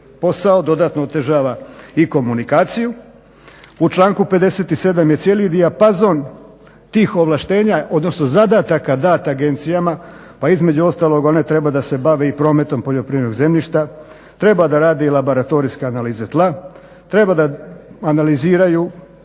posao, dodatno otežava i komunikaciju. U članku 57. je cijeli dijapazon tih ovlaštenja, odnosno zadataka dat agencijama, pa između ostalog one treba da se bave i prometom poljoprivrednog zemljišta, treba da radi i laboratorijska analiza tla, treba da analiziraju